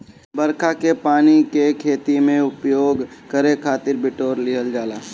बरखा के पानी के खेती में उपयोग करे खातिर बिटोर लिहल जाला